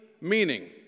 meaning